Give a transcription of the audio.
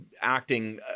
acting